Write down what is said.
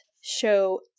show